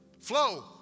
Flow